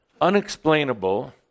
Unexplainable